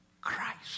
Christ